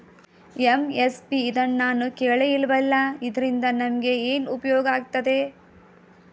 MSP ಇದ್ನನಾನು ಕೇಳೆ ಇಲ್ವಲ್ಲ? ಇದ್ರಿಂದ ನಮ್ಗೆ ಏನ್ಉಪ್ಯೋಗ ಆಯ್ತದೆ?